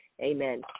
Amen